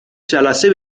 جلسه